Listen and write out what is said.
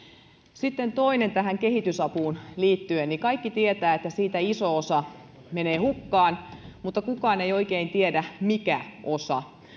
sitten toinen asia tähän kehitysapuun liittyen kaikki tietävät että siitä iso osa menee hukkaan mutta kukaan ei oikein tiedä mikä osa